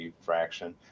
fraction